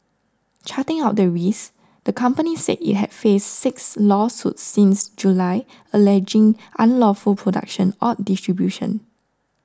charting out the risks the company said it had faced six lawsuits since July alleging unlawful production or distribution